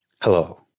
Hello